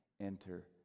enter